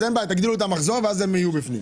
אז אין בעיה, תגדילו את המחזור ואז הם יהיו בפנים.